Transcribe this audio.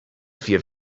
vier